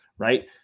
Right